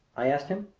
i asked him.